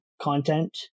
content